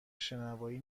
شنوایی